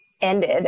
ended